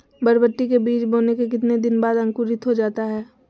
बरबटी के बीज बोने के कितने दिन बाद अंकुरित हो जाता है?